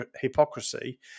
hypocrisy